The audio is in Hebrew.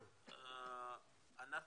אנחנו